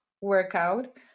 workout